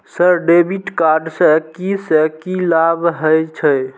Sir debit card से की से की लाभ हे छे?